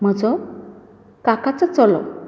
म्हजो काकाचो चलो